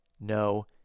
no